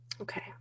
Okay